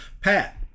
Pat